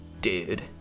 Dude